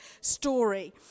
story